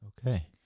okay